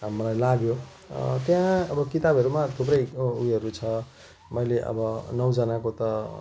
अब मलाई लाग्यो त्यहाँ अब किताबहरूमा थुप्रै ओ उयोहरू छ मैले अब नौजनाको त